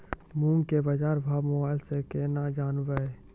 मूंग के बाजार भाव मोबाइल से के ना जान ब?